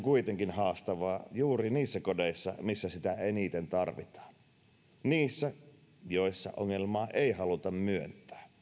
kuitenkin haastavaa juuri niissä kodeissa missä sitä eniten tarvitaan niissä joissa ongelmaa ei haluta myöntää